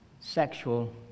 sexual